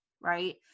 right